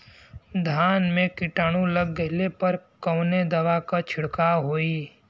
धान में कीटाणु लग गईले पर कवने दवा क छिड़काव होई?